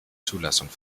zulassung